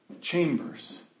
chambers